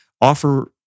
offer